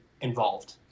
involved